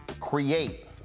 create